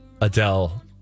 Adele